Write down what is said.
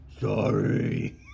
sorry